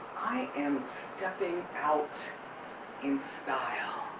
i am stepping out in style.